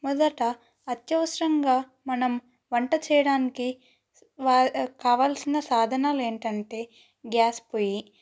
మొదట అత్యవసరంగా మనం వంట చేయడానికి వా కావలసిన సాధనాలు ఏంటంటే గ్యాస్ పొయ్యి